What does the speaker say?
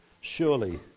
Surely